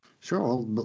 Sure